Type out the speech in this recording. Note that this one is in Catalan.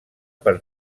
per